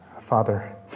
Father